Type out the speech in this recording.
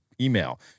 email